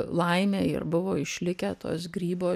laimė ir buvo išlikę tos grybo